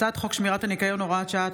הצעת חוק שמירת הניקיון (הוראת שעה),